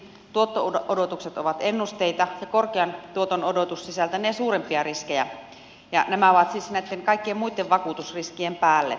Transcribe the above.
tuotto odotukset ovat ennusteita ja korkean tuoton odotus sisältänee suurempia riskejä ja nämä ovat siis näitten kaikkien muitten vakuutusriskien päälle